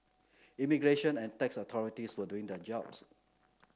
immigration and tax authorities were doing their jobs